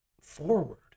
forward